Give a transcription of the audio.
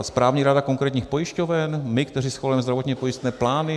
Správní rada konkrétních pojišťoven, my, kteří schvalujeme zdravotně pojistné plány?